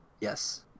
yes